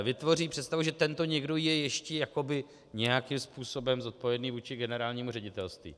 Vytvoří představu, že tento někdo je ještě jakoby nějakým způsobem zodpovědný vůči Generálnímu ředitelství.